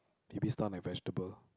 maybe stun like vegetable